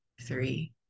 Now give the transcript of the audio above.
three